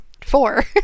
Four